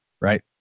right